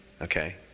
okay